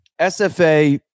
sfa